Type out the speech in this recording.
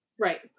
Right